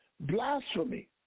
blasphemy